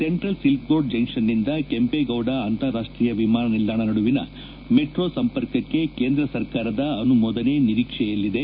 central silk board junction ನಿಂದ ಕೆಂಪೇಗೌಡ ಅಂತಾರಾಷ್ಟೀಯ ವಿಮಾನ ನಿಲ್ದಾಣ ನಡುವಿನ ಮೆಟ್ರೋ ಸಂಪರ್ಕಕ್ಕೆ ಕೇಂದ್ರ ಸರ್ಕಾರದ ಅನುಮೋದನೆ ನಿರೀಕ್ಷೆಯಲ್ಲಿದೆ